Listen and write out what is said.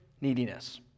neediness